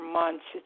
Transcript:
months